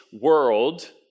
world